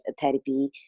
therapy